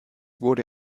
wurde